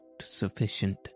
sufficient